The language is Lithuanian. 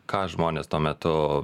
ką žmonės tuo metu